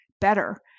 better